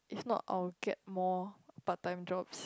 if not I will get more part time jobs